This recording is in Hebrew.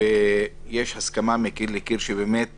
ויש הסכמה מקיר לקיר שבאמת